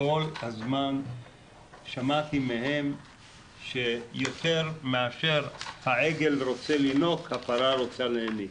כל הזמן שמעתי מהם שיותר מאשר העגל רוצה לינוק הפרה רוצה להיניק.